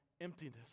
emptiness